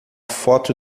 foto